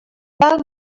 val